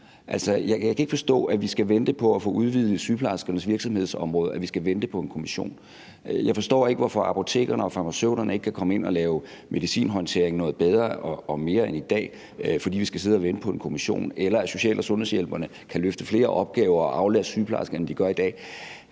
Jeg kan ikke forstå, at vi i forbindelse med at udvide sygeplejerskernes virksomhedsområde skal vente på en kommission. Jeg forstår ikke, hvorfor apotekerne og farmaceuterne ikke kan komme ind og lave medicinhåndtering noget bedre og mere end i dag, fordi vi skal sidde og vente på en kommission, eller at social- og sundhedshjælperne ikke kan løfte flere opgaver og aflaste sygeplejerskerne mere, end de gør i dag.